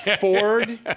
Ford